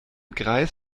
greis